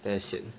very sian